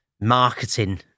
marketing